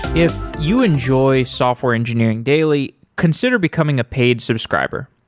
if you enjoy software engineering daily, consider becoming a paid subscriber.